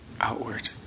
outward